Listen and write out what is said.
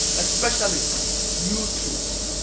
especially new truths.